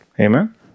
amen